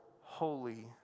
Holy